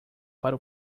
para